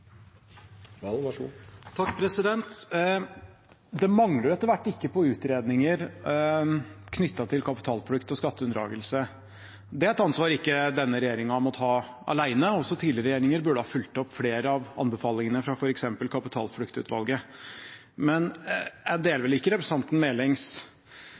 et ansvar som denne regjeringen ikke må ta alene. Også tidligere regjeringer burde ha fulgt opp flere av anbefalingene fra f.eks. Kapitalfluktutvalget. Men jeg deler vel ikke representanten Melings